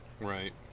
Right